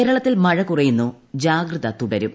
കേരളത്തിൽ മഴ കുറയുന്നു ജാഗ്രത തുടരും